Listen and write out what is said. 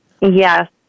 Yes